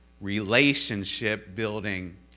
relationship-building